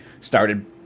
started